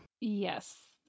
Yes